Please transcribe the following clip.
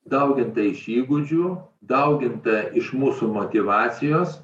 dauginta iš įgūdžių dauginta iš mūsų motyvacijos